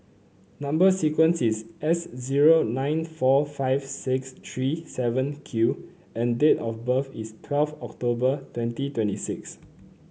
number sequence is S zero nine four five six three seven Q and date of birth is twelve October twenty twenty six